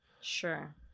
sure